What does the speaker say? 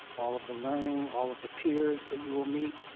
all of the learning, all of the peers that you will meet.